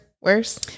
worse